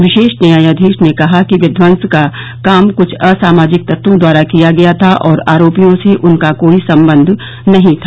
विशेष न्यायाधीश ने कहा कि विध्वस का काम कुछ असामाजिक तत्वों द्वारा किया गया था और आरोपियों से उनका कोई संबंध नहीं था